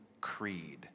Creed